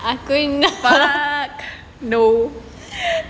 fart LOL